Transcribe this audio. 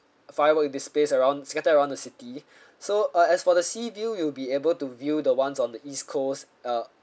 firework displays around scattered around the city so uh as for the sea view you'll be able to view the [one] on the east coast uh